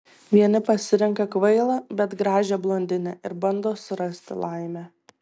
vieni pasirenka kvailą bet gražią blondinę ir bando surasti laimę